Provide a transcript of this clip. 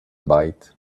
bite